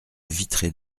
vitrée